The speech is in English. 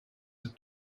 that